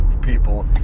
people